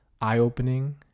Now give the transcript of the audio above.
eye-opening